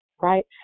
right